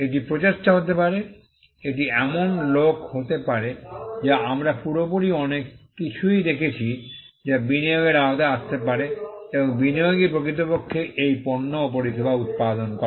এটি প্রচেষ্টা হতে পারে এটি এমন লোক হতে পারে যা আমরা পুরোপুরি অনেক কিছুই দেখেছি যা বিনিয়োগের আওতায় আসতে পারে এবং বিনিয়োগই প্রকৃতপক্ষে এই পণ্য ও পরিষেবা উত্পাদন করে